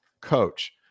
coach